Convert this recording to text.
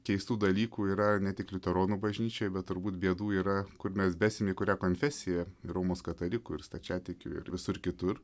keistų dalykų yra ne tik liuteronų bažnyčioj bet turbūt bėdų yra kur mes besim į kurią konfesiją romos katalikų ir stačiatikių ir visur kitur